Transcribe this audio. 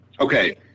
Okay